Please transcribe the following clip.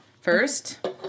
First